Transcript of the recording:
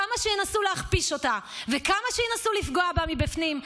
כמה שינסו להכפיש אותה וכמה שינסו לפגוע בה מבפנים,